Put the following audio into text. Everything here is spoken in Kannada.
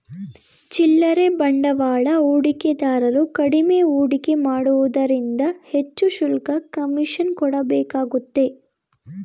ಚಿಲ್ಲರೆ ಬಂಡವಾಳ ಹೂಡಿಕೆದಾರರು ಕಡಿಮೆ ಹೂಡಿಕೆ ಮಾಡುವುದರಿಂದ ಹೆಚ್ಚು ಶುಲ್ಕ, ಕಮಿಷನ್ ಕೊಡಬೇಕಾಗುತ್ತೆ